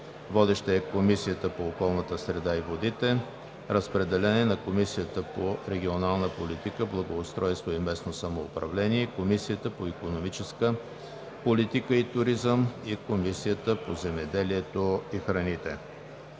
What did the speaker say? Водеща е Комисията по околната среда и водите. Разпределен е на Комисията по регионална политика, благоустройство и местно самоуправление, Комисията по икономическа политика и туризъм и Комисията по земеделието и храните.